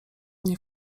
nie